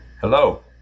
Hello